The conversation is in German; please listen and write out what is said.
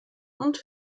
und